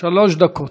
שלוש דקות.